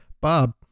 Bob